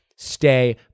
Stay